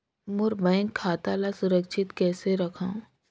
मोर bank खाता ला सुरक्षित कइसे रखव?